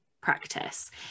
practice